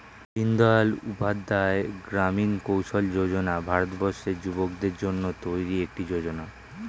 দিনদয়াল উপাধ্যায় গ্রামীণ কৌশল্য যোজনা ভারতবর্ষের যুবকদের জন্য তৈরি একটি যোজনা